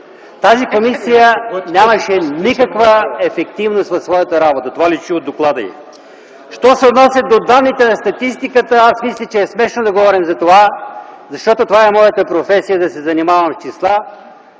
Тази комисия нямаше никаква ефективност в своята работа. Това личи от доклада й. Що се отнася до данните на статистиката, аз мисля, че е смешно да говорим за това, защото това е моята професия – да се занимавам с числа,